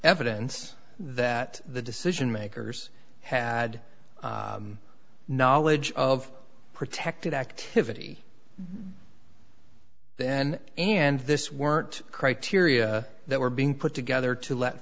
evidence that the decision makers had knowledge of protected activity then and this weren't criteria that were being put together to let